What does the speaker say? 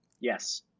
Yes